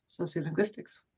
sociolinguistics